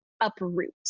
uproot